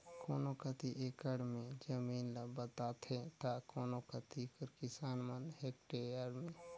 कोनो कती एकड़ में जमीन ल बताथें ता कोनो कती कर किसान मन हेक्टेयर में